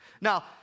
Now